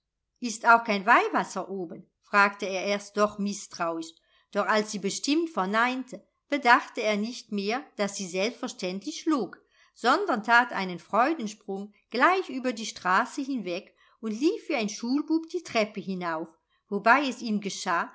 ist auch kein weihwasser oben fragte er erst noch mißtrauisch doch als sie bestimmt verneinte bedachte er nicht mehr daß sie selbstverständlich log sondern tat einen freudensprung gleich über die straße hinweg und lief wie ein schulbub die treppe hinauf wobei es ihm geschah